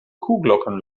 kuhglocken